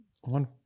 One